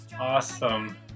Awesome